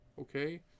Okay